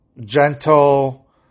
gentle